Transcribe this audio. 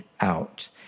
out